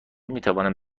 میتوانم